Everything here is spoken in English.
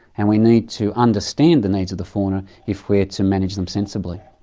and we need to understand the needs of the fauna if we are to manage them sensibly.